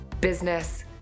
business